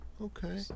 Okay